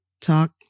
talk